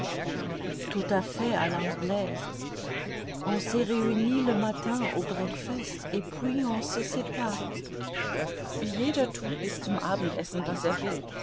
jeder tut bis zum abendessen was er will